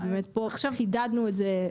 אבל פה חידדנו את זה.